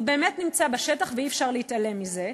הוא באמת נמצא בשטח, ואי-אפשר להתעלם מזה.